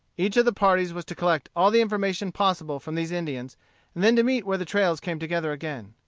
each of the parties was to collect all the information possible from these indians, and then to meet where the trails came together again.